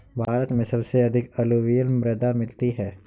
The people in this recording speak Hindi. भारत में सबसे अधिक अलूवियल मृदा मिलती है